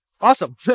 Awesome